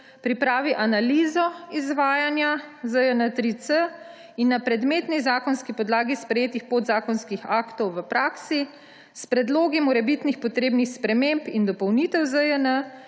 pripravi analizo izvajanja ZJN-3C in na predmetni zakonski podlagi sprejetih podzakonskih aktov v praksi, s predlogi morebitnih potrebnih sprememb in dopolnitve ZJN